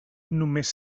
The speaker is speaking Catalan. només